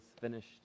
finished